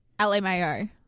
LMAO